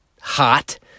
hot